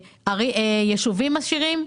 ישובים עשירים,